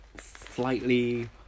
slightly